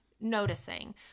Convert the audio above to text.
Noticing